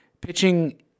pitching